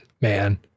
man